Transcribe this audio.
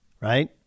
right